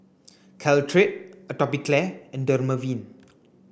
Caltrate Atopiclair and Dermaveen